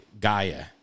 Gaia